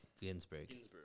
ginsburg